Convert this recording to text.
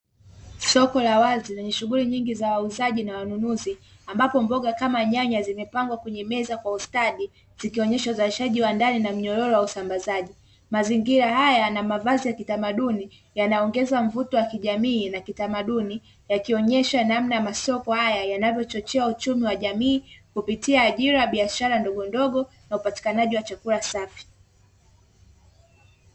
Soko la wazi lenye shughuli nyingi za wauzaji na wanunuzi ambapo mboga kama nyanya zimepangwa kwenye meza kwa ustadi zikionyesha uzalishaji wa ndani na mnyororo wa usambazaji, mazingira haya yanamavazi ya kitamaduni yanayoongeza mvuto wa kijamii na kitamaduni yakionesha namna masoko haya yanavyochochea uchumi wa jamii kupitia ajira, biashara ndogo ndogo na upatikanaji wa chakula safi.